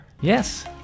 Yes